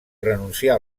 renuncià